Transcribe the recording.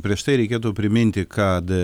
prieš tai reikėtų priminti kad